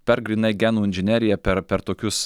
per grynai genų inžineriją per per tokius